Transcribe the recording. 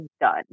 done